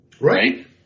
Right